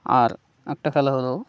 আর একটা খেলা হলো